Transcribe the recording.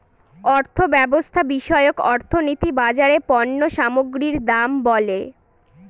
অর্থব্যবস্থা বিষয়ক অর্থনীতি বাজারে পণ্য সামগ্রীর দাম বলে